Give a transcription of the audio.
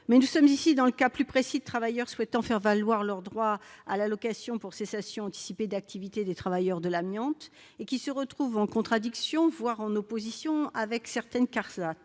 Nous sommes ici dans le cas plus précis de travailleurs souhaitant faire valoir leur droit à l'allocation pour cessation anticipée d'activité des travailleurs de l'amiante, l'ACAATA, et qui se trouvent en contradiction, voire en opposition avec certaines CARSAT.